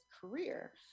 career